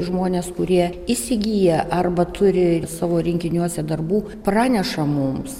žmonės kurie įsigyja arba turi savo rinkiniuose darbų praneša mums